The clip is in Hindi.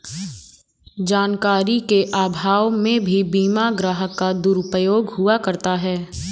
जानकारी के अभाव में भी बीमा ग्राहक का दुरुपयोग हुआ करता है